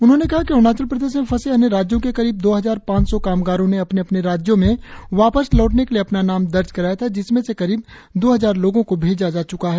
उन्होंने कहा कि अरुणाचल प्रदेश में फंसे अन्य राज्यों के करीब दो हजार पांच सौ कामगारों ने अपने अपने राज्यों में वापस लौटने के लिए अपना नाम दर्ज कराया था जिसमें से करीब दो हजार लोगों को भेजा जा च्का है